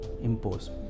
impose